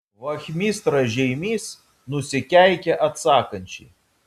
vachmistra žeimys nusikeikė atsakančiai